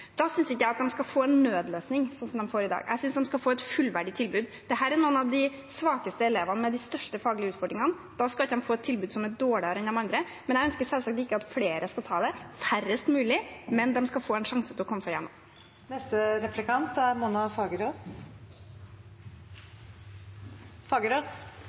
Da synes jeg ikke at de skal få en nødløsning, slik som de får i dag, jeg synes de skal få et fullverdig tilbud. Dette er noen av de svakeste elevene med de største faglige utfordringene, og da skal de ikke få et tilbud som er dårligere enn de andre. Jeg ønsker selvsagt ikke at flere skal ta det, men færrest mulig, men de skal få en sjanse til å komme seg gjennom. Mitt spørsmål omhandler vekslingsmodellen. En vekslingsmodell er